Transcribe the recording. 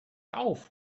auf